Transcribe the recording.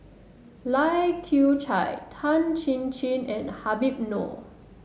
Lai Kew Chai Tan Chin Chin and Habib Noh